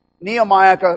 Nehemiah